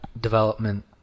development